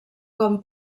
com